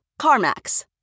CarMax